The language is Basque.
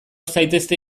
zaitezte